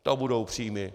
To budou příjmy!